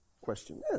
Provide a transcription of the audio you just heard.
Question